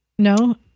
No